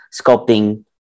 sculpting